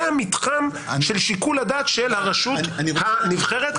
זה המתחם של שיקול הדעת של הרשות הנבחרת,